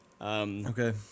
Okay